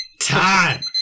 Time